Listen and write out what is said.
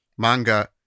Manga